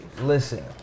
Listen